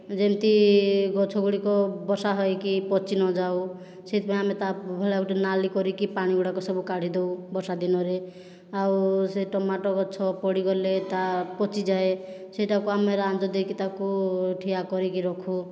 ଯେମିତି ଗଛଗୁଡ଼ିକ ବର୍ଷା ହୋଇକି ପଚି ନଯାଉ ସେଇଥି ପାଇଁ ଆମେ ତା' ଭଳିଆ ଗୋଟିଏ ନାଳୀ କରିକି ପାଣିଗୁଡ଼ାକ ସବୁ କାଢ଼ିଦେଉ ବର୍ଷା ଦିନରେ ଆଉ ସେ ଟମାଟୋ ଗଛ ପଡ଼ିଗଲେ ତାହା ପଚିଯାଏ ସେଇଟାକୁ ଆମେ ରାଞ୍ଜ ଦେଇକି ତାକୁ ଠିଆ କରିକି ରଖୁ